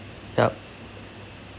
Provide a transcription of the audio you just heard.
yup